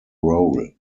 role